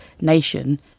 nation